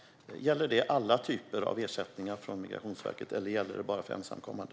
Gäller det alla typer av ersättningar från Migrationsverket, eller gäller det bara för ensamkommande?